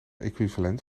equivalent